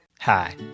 Hi